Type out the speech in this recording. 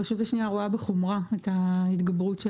הרשות השנייה רואה בחומרה את ההתגברות של